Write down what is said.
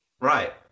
right